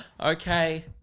Okay